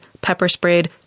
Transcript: pepper-sprayed